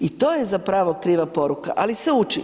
I to je za pravo kriva poruka, ali se uči.